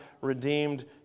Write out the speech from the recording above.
redeemed